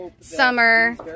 summer